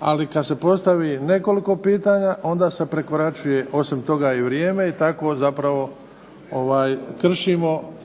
Ali kad se postavi nekoliko pitanja onda se prekoračuje, osim toga i vrijeme i takvo zapravo kršimo